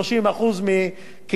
הכנסנו את זה לתוך החוק